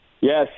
Yes